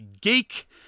Geek